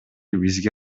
бизге